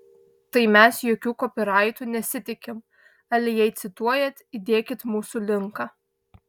tai mes jokių kopyraitų nesitikim ale jei cituojat įdėkit mūsų linką